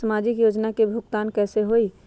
समाजिक योजना के भुगतान कैसे होई?